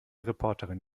reporterin